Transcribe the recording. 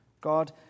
God